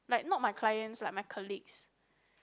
like not my clients like my colleagues